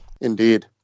Indeed